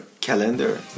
Calendar